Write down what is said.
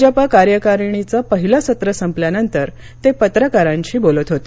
भाजप कार्यकारणीचे पहिले सत्र संपल्यानंतर ते पत्रकारांशी बोलत होते